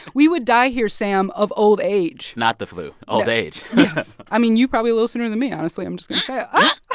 we would die here, sam, of old age not the flu, old age i mean, you probably will sooner than me, honestly. i'm just going